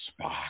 Spock